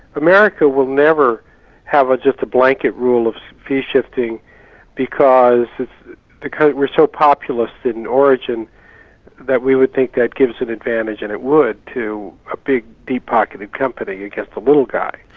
america will never have ah just a blanket rule of fee-shifting because because we're so populist in origin that we would think that gives an advantage, and it would, to a big, deep pocketed company against the little guy.